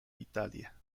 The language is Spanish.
italia